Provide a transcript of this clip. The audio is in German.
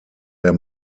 der